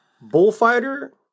Bullfighter